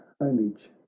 homage